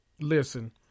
Listen